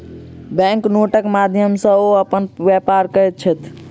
bank नोटक माध्यम सॅ ओ अपन व्यापार करैत छैथ